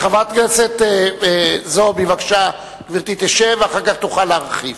חברת הכנסת זועבי, גברתי תשב ואחר כך תוכל להרחיב.